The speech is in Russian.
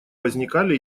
возникали